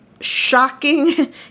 shocking